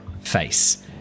face